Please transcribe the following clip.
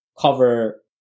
cover